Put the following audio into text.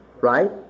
right